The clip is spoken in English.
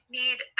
need